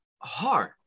hard